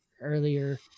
earlier